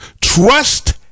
Trust